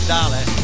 Dolly